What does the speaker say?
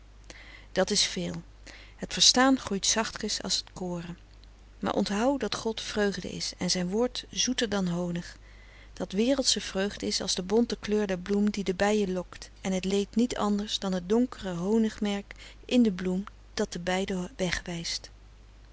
dat is veel het verstaan groeit zachtkens als het koren maar onthou dat god vreugde is en zijn woord zoeter dan honig dat wereldsche vreugd is als de bonte kleur der bloem die de bijen lokt en het leed niet anders dan t donkere honigmerk in de bloem dat de bij den weg wijst